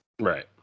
Right